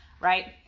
right